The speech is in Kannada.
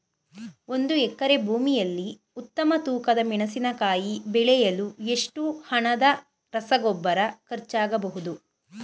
ಒಂದು ಎಕರೆ ಭೂಮಿಯಲ್ಲಿ ಉತ್ತಮ ತೂಕದ ಮೆಣಸಿನಕಾಯಿ ಬೆಳೆಸಲು ಎಷ್ಟು ಹಣದ ರಸಗೊಬ್ಬರ ಖರ್ಚಾಗಬಹುದು?